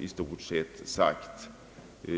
i stort sett också sagt.